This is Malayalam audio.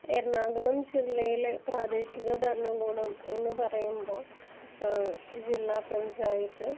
എറണാകുളം ജില്ലയിൽ പ്രാദേശിക ഭരണകൂടം എന്ന് പറയുമ്പോൾ ജില്ലാ പഞ്ചായത്ത്